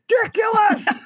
ridiculous